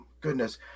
Goodness